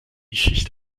schicht